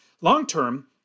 Long-term